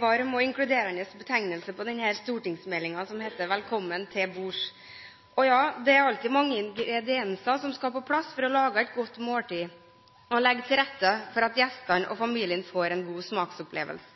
alltid mange ingredienser som skal på plass for å lage et godt måltid og legge til rette for at gjestene og familien får en god smaksopplevelse.